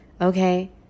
Okay